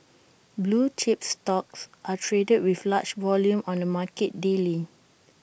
blue chips stocks are traded with large volume on the market daily